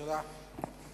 תודה.